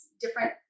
different